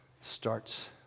starts